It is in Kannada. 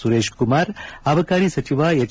ಸುರೇಶ್ ಕುಮಾರ್ ಅಬಕಾರಿ ಸಚಿವ ಎಚ್